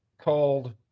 called